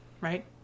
right